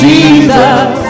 Jesus